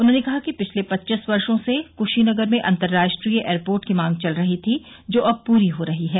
उन्होंने कहा कि पिछले पच्चीस वर्षो से क्शीनगर में अंतर्राष्ट्रीय एयरपोर्ट की मांग चल रह थी जो अब पूरी हो रही है